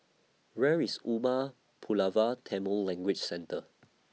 Where IS Umar Pulavar Tamil Language Centre